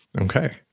Okay